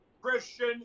Christian